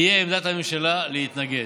תהיה עמדת הממשלה להתנגד.